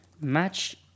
match